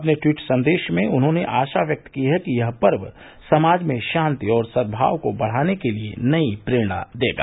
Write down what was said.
अपने ट्वीट संदेश में उन्होंने आशा व्यक्त की है कि यह पर्व समाज में शान्ति और सदभाव को बढ़ाने के लिये नयी प्रेरणा देगा